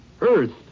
earth